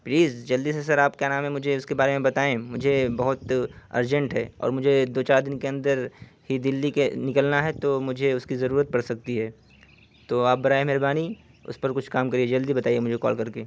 please جلدی سے sir آپ کیا نام ہے مجھے اس کے بارے میں بتائیں مجھے بہت ارجنٹ ہے اور مجھے دو چار دن کے اندر ہی دلی کے نکلنا ہے تو مجھے اس کی ضرورت پڑ سکتی ہے تو آپ برائے مہربانی اس پر کچھ کام کریے جلدی بتائیے مجھے کال کر کے